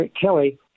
Kelly